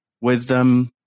wisdom